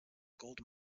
gold